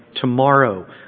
tomorrow